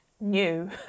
new